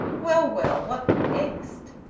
well, well! what next?